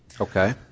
Okay